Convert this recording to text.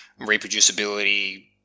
reproducibility